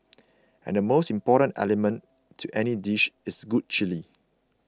and the most important element to any dish is good chilli